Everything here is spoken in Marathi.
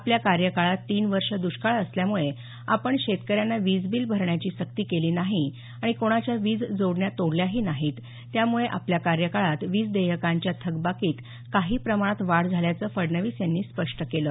आपल्या कार्यकाळात तीन वर्ष दष्काळ असल्यामुळे आपण शेतकऱ्यांना वीज बिल भरण्याची सक्ती केली नाही आणि कोणाच्या वीज जोडण्या तोडल्याही नाही त्यामुळे आपल्या कार्यकाळात वीज देयकांच्या थकबाकीत काही प्रमाणात वाढ झाल्याचं फडणवीस यांनी स्पष्ट केलं